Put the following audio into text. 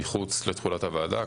מחוץ לתכולת הוועדה,